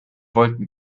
wollten